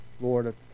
Lord